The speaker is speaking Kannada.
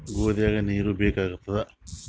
ಗೋಧಿಗ ನೀರ್ ಬೇಕಾಗತದ?